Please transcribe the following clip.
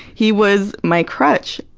he was my crutch,